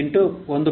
66 N O 0